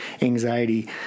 anxiety